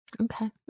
Okay